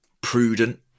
prudent